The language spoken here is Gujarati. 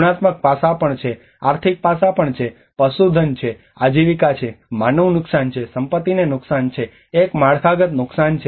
ગુણાત્મક પાસાં પણ છે આર્થિક પાસા પણ છે પશુધન છે આજીવિકા છે માનવ નુકસાન છે સંપત્તિને નુકસાન છે એક માળખાગત નુકસાન છે